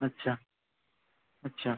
अच्छा अच्छा